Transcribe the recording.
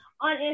on